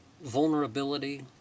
vulnerability